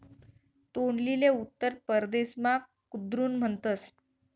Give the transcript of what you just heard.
तोंडलीले उत्तर परदेसमा कुद्रुन म्हणतस